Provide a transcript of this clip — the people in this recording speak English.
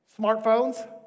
Smartphones